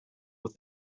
with